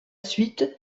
suite